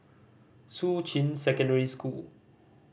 Shuqun Secondary School